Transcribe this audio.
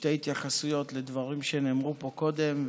שתי התייחסויות לדברים שנאמרו פה קודם,